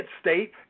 state